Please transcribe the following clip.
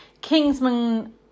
Kingsman